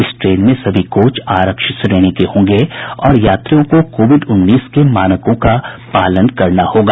इस ट्रेन में सभी कोच आरक्षित श्रेणी के होंगे और यात्रियों को कोविड उन्नीस के मानकों का पालन करना होगा